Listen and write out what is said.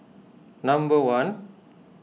number one